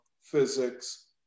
physics